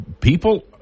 people